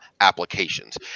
applications